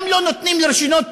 גם לא נותנים רישיונות